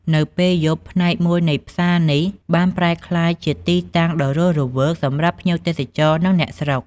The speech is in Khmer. នៅពេលយប់ ផ្នែកមួយនៃផ្សារនេះបានប្រែក្លាយជាទីតាំងដ៏រស់រវើកសម្រាប់ភ្ញៀវទេសចរ និងអ្នកស្រុក។